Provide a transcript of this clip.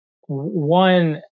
One